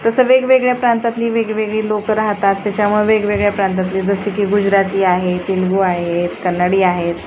तसं वेगवेगळ्या प्रांतातली वेगवेगळी लोक राहतात त्याच्यामुळं वेगवेगळ्या प्रांतातली जसे की गुजराती आहे तेलगू आहेत कानडी आहेत